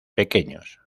pequeños